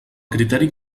criteri